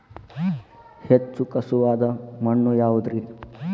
ಹೆಚ್ಚು ಖಸುವಾದ ಮಣ್ಣು ಯಾವುದು ರಿ?